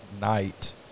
night